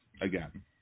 Again